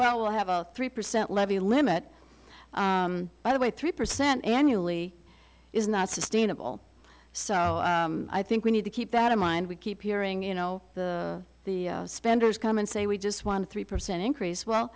well we'll have a three percent levy limit by the way three percent annually is not sustainable so i think we need to keep that in mind we keep hearing you know the spenders come and say we just want three percent increase well